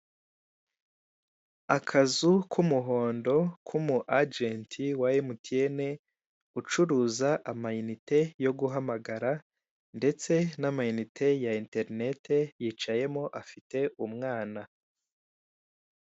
Akazu k'umuhondo k'umu ajenti wa MTN ucuruza amayinite yo guhamagara ndetse n'amayinite ya interineti yicayemo afite umwana.